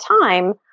time